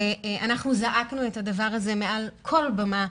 אנחנו זעקנו את הדבר הזה מעל כל במה,